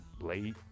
late